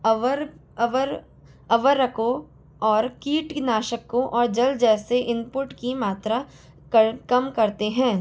अवर अवर आवरको और कीटनाशकों और जल जैसे इनपुट की मात्रा कर कम करते हैं